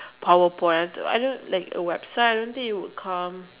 PowerPoint I don't I don't like a website I didn't think it would come